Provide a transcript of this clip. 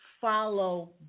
Follow